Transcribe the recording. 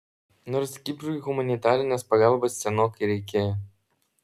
nors kiprui humanitarinės pagalbos senokai reikėjo